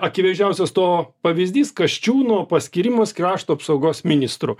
akivaizdžiausias to pavyzdys kasčiūno paskyrimas krašto apsaugos ministru